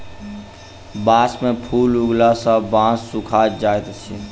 बांस में फूल उगला सॅ बांस सूखा जाइत अछि